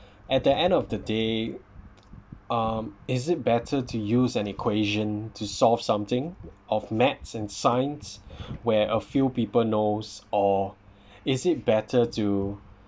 at the end of the day um is it better to use an equation to solve something of maths and science where a few people knows or is it better to